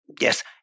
yes